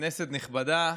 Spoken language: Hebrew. כנסת נכבדה,